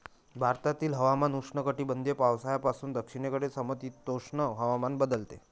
भारतातील हवामान उष्णकटिबंधीय पावसाळ्यापासून दक्षिणेकडील समशीतोष्ण हवामानात बदलते